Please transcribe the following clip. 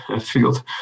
field